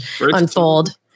unfold